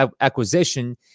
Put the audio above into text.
acquisition